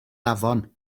afon